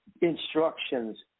instructions